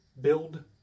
build